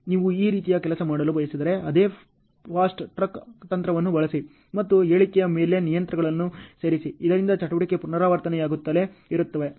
ನೀವು ಈ ರೀತಿಯ ಕೆಲಸ ಮಾಡಲು ಬಯಸಿದರೆ ಅದೇ ಫಾಸ್ಟ್ ಟ್ರ್ಯಾಕ್ ತಂತ್ರವನ್ನು ಬಳಸಿ ಮತ್ತು ಹೇಳಿಕೆಯ ಮೇಲೆ ನಿಯಂತ್ರಣಗಳನ್ನು ಸೇರಿಸಿ ಇದರಿಂದ ಚಟುವಟಿಕೆಗಳು ಪುನರಾವರ್ತನೆಯಾಗುತ್ತಲೇ ಇರುತ್ತವೆ